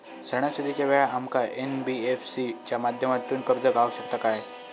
सणासुदीच्या वेळा आमका एन.बी.एफ.सी च्या माध्यमातून कर्ज गावात शकता काय?